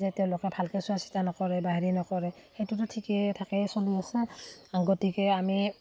যে তেওঁলোকে ভালকৈ চোৱাচিতা নকৰে বা হেৰি নকৰে সেইটোতো ঠিকে থাকেই চলি আছে গতিকে আমি